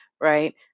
right